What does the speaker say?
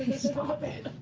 stop it!